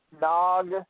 Nog